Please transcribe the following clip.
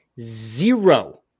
zero